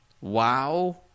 Wow